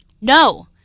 No